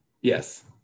Yes